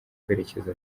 kwerekeza